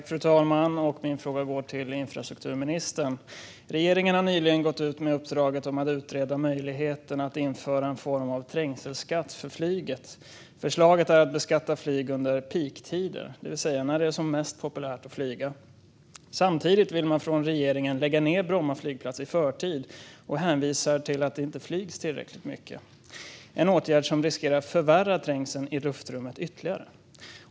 Fru talman! Min fråga går till infrastrukturministern. Regeringen har nyligen gått ut med uppdraget att utreda möjligheten att införa en form av trängselskatt för flyget. Förslaget är att beskatta flyg under peaktider, det vill säga när det är som mest populärt att flyga. Samtidigt vill regeringen lägga ned Bromma flygplats i förtid och hänvisar till att det inte flygs tillräckligt mycket - en åtgärd som riskerar att förvärra trängseln i luftrummet ytterligare.